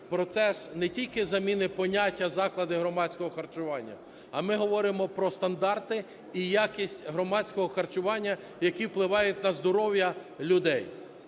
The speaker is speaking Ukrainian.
процес не тільки заміни поняття "заклади громадського харчування", а ми говоримо про стандарти і якість громадського харчування, які впливають на здоров'я людей.